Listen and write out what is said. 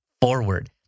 forward